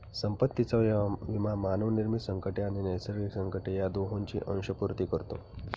संपत्तीचा विमा मानवनिर्मित संकटे आणि नैसर्गिक संकटे या दोहोंची अंशपूर्ती करतो